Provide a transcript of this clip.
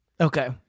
Okay